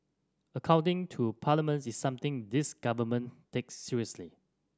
accounting to Parliament is something this Government takes seriously